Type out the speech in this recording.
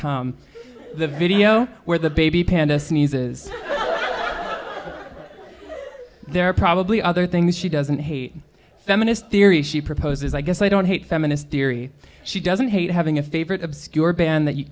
com the video where the baby panda sneezes there are probably other things she doesn't hate feminist theory she proposes i guess i don't hate feminist theory she doesn't hate having a favorite obscure band that